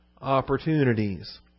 opportunities